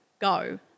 Go